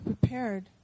prepared